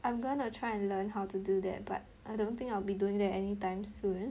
I'm gonna try and learn how to do that but I don't think I'll be doing that anytime soon